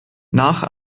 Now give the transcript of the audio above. nach